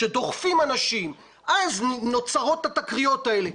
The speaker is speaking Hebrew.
כשדוחפים אנשים אז נוצרות התקריות האלה.